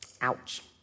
Ouch